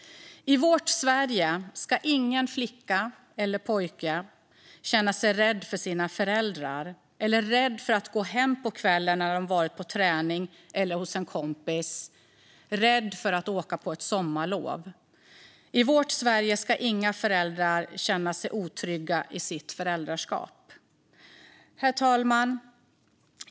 I vårt Sverige ska ingen flicka eller pojke känna sig rädd för sina föräldrar, rädd för att gå hem på kvällen när de har varit på träning eller hos en kompis eller rädd för att åka på sommarlov. I vårt Sverige ska inga föräldrar känna sig otrygga i sitt föräldraskap. Herr talman!